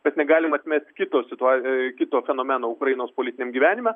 mes negalim atmest kito situa kito fenomeno ukrainos politiniam gyvenime